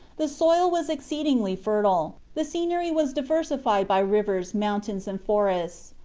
the soil was exceedingly fertile the scenery was diversified by rivers, mountains, and forests.